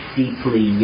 deeply